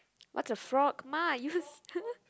what's a frock ma use